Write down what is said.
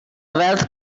wealth